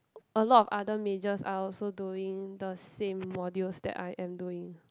a lot of other majors are also doing the same modules that I am doing